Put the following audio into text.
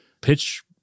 pitch